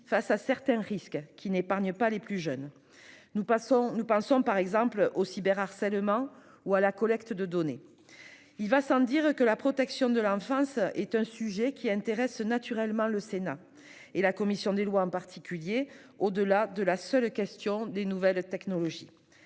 charrie des risques n'épargnant pas les plus jeunes. Nous pensons, par exemple, au cyberharcèlement ou à la collecte de données. Il va sans dire que la protection de l'enfance intéresse, naturellement, le Sénat- et la commission des lois en particulier -au-delà de la seule question des nouvelles technologies.